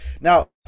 Now